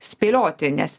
spėlioti nes